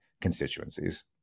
constituencies